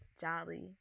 jolly